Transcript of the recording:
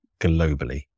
globally